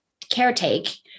caretake